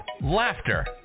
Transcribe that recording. laughter